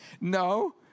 No